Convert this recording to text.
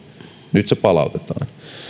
nyt se palautetaan